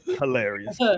hilarious